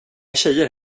tjejer